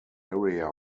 area